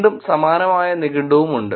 വീണ്ടും സമാനമായ നിഘണ്ടുവും ഉണ്ട്